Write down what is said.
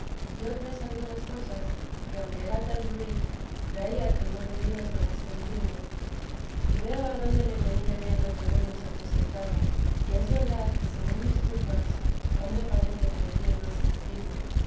y otras algunas cosas que aunque era tan ruin traía temor de dios lo más contino y veo adonde me tenían ya los demonios aposentada y es verdad que según mis culpas aun me parece merecía más castigo